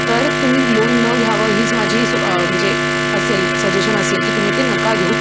तर तुम्ही लोन न घ्यावं हीच माझी सु म्हणजे असेल सजेशन असेल की तुम्ही ते नका घेऊ